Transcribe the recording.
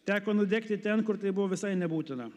teko nudegti ten kur tai buvo visai nebūtina